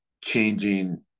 changing